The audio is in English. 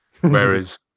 Whereas